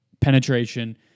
penetration